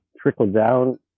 Trickle-down